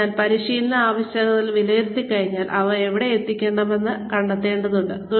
അതിനാൽ പരിശീലന ആവശ്യകതകൾ വിലയിരുത്തിക്കഴിഞ്ഞാൽ അവ എവിടെ എത്തിക്കണമെന്ന് കണ്ടെത്തേണ്ടതുണ്ട്